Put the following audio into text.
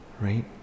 right